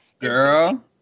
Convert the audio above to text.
Girl